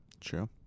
true